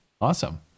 awesome